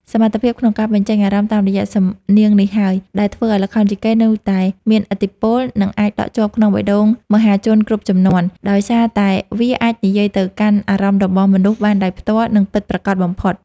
សមត្ថភាពក្នុងការបញ្ចេញអារម្មណ៍តាមរយៈសំនៀងនេះហើយ ដែលធ្វើឱ្យល្ខោនយីកេនៅតែមានឥទ្ធិពល និងអាចដក់ជាប់ក្នុងបេះដូងមហាជនគ្រប់ជំនាន់ ដោយសារតែវាអាចនិយាយទៅកាន់អារម្មណ៍របស់មនុស្សបានដោយផ្ទាល់ និងពិតប្រាកដបំផុត។